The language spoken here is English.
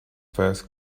first